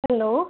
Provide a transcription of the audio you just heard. hello